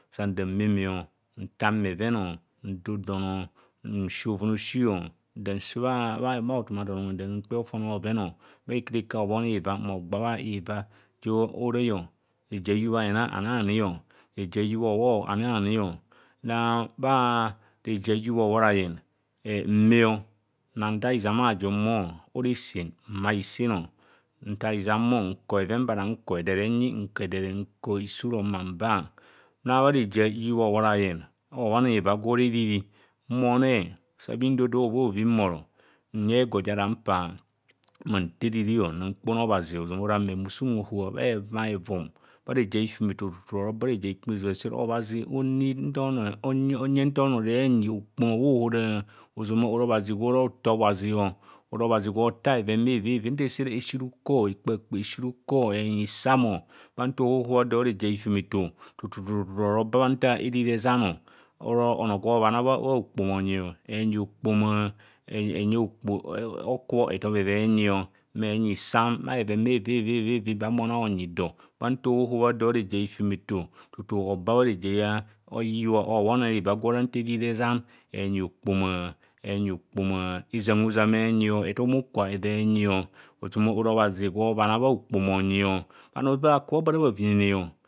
Sanda nneeme o, ntang bheveno ndo dono nsi bhoven aosi nda insee bha hithoma don unwe man kpe fofone bhoven, bha llvaa ja horai reje a hyubba iina anaani o, reje a hiyubha hobho anaani o, bha reje a hiyubha hohorayen mme o nnantha izam ajum o, ora isiin nnbhai isiin o ntha izam o, nko bheven ba nnanka edere enyi nko edere nko isuro mma baa now bha reje huiyubha bobhorayen hobhoneva give ora eriri mmoone sa bhi ndo dia ovovi mbhoro nyeng egor ja nampa ma nte eriri na mkpona obhazi ozama ora ame maso unhohoa bha hevumavun bha refe a hifumeto tu tu tu oba bha reje a hikpunizung sire. Obazi o need nta onoo onyeng nta onoo eree enyi hokpoma bhaohoro azama ora obhazi gwe ora othea obhazi ora obhazi gwe otha bheven bheveevi o, nta esere esi ruko ekpakpe esi ruko ekpakpe esi ruko eenyi samo bha nta ohohoa do bha reje a hifumeto tu tu ora oba bha nta eriri ezano ora ono gwe oboma toho bha hokpoma onyi. Eenyi hokpoma, enyeng o kpoho sa okubho ethob evaenyi o ehumo e enyi sam bhaven bheven bheveevi bha ame onang ova onyi do bha nta ohohoa do bha reje a hufemeto tutu oba bha re jo a hiva bha hobheneva gwe ora nta erri ezano. Enyi hokpona, enyi okpoma. Ezam hizam enyi ethum bhukwa. Eenyi, ozama ame ora obhazi gwe obhano bhahokpoma onyi o ozama bhanoo bhata bho ba a hura bhavin ene